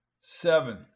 Seven